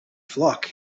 flock